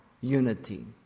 unity